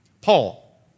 Paul